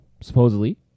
supposedly